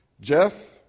Jeff